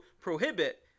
prohibit